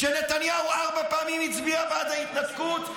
כשנתניהו ארבע פעמים הצביע בעד ההתנתקות,